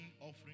offering